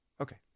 Okay